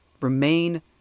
Remain